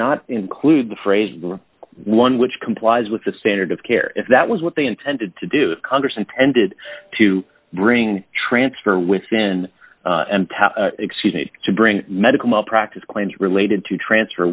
not include the phrase the one which complies with the standard of care if that was what they intended to do if congress intended to bring transfer within and tap excuse me to bring medical malpractise claims related to transfer